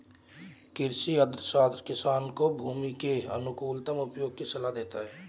कृषि अर्थशास्त्र किसान को भूमि के अनुकूलतम उपयोग की सलाह देता है